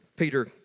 Peter